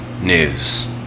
news